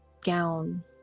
gown